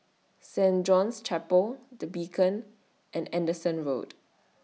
Saint John's Chapel The Beacon and Anderson Road